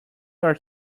are